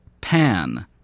Pan